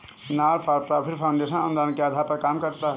not for profit foundation अनुदान के आधार पर काम करता है